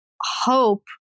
hope